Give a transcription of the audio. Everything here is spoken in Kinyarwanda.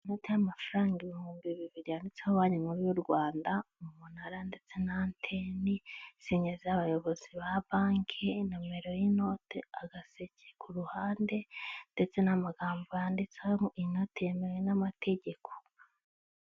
Inote y'amafaranga ibihumbi bibiri yanditseho banki nkuru y'u Rwanda umunara ndetse na ateni, sinye z'abayobozi ba banke, nomero y'inote, agaseke ku ruhande ndetse n'amagambo yanditseho inote yemewe n'amategeko.